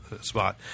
spot